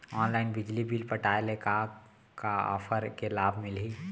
Online बिजली bill पटाय ले का का ऑफ़र के लाभ मिलही?